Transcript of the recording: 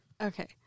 Okay